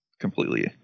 completely